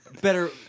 Better